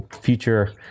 future